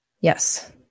Yes